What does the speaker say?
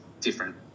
different